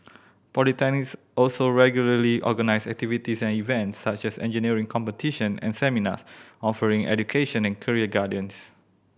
polytechnics also regularly organise activities and events such as engineering competition and seminars offering education and career guidance